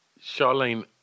Charlene